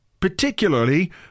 Particularly